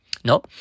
No